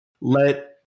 Let